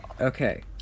Okay